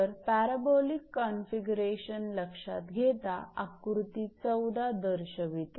तर parabolic configuration लक्षात घेता आकृती 14 दर्शवते